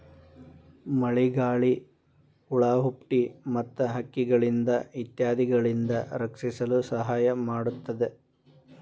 ಮಳಿಗಾಳಿ, ಹುಳಾಹುಪ್ಡಿ ಮತ್ತ ಹಕ್ಕಿಗಳಿಂದ ಇತ್ಯಾದಿಗಳಿಂದ ರಕ್ಷಿಸಲು ಸಹಾಯ ಮಾಡುತ್ತದೆ